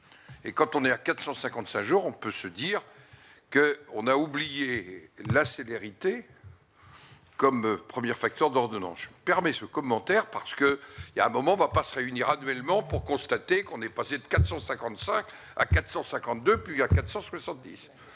et quand on est à 455 jours on peut se dire que on a oublié la célérité comme 1er, facteur d'ordonnance permet ce commentaire parce que il y a un moment, on va pas se réunir annuellement pour constater qu'on est passé de 455 à 452 plus à 470